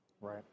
right